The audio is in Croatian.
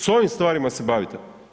S ovim stvarima se bavite?